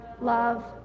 love